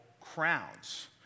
crowns